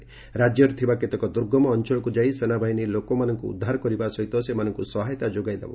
ରାକ୍ୟରେ ଥିବା କେତେକ ଦୁର୍ଗମ ଅଞ୍ଚଳକୁ ଯାଇ ସେନାବାହିନୀ ଲୋକମାନଙ୍କୁ ଉଦ୍ଧାର କରିବା ସହିତ ସେମାନଙ୍କୁ ସହାୟତା ଯୋଗାଇ ଦେବ